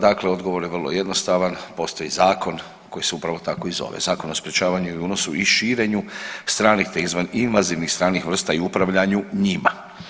Dakle, odgovor je vrlo jednostavan, postoji zakon koji se upravo tako i zove Zakon o sprječavanju i unosu i širenju stranih te invazivnih stranih vrsta i upravljanju njima.